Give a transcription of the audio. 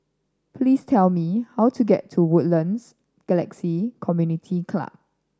please tell me how to get to Woodlands Galaxy Community Club